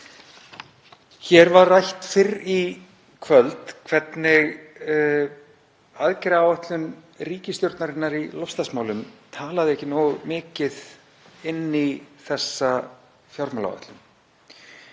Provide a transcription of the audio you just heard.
Hér var rætt fyrr í kvöld hvernig aðgerðaáætlun ríkisstjórnarinnar í loftslagsmálum talaði ekki nógu mikið inn í þessa fjármálaáætlun.